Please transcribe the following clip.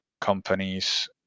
companies